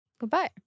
Goodbye